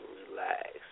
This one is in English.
relax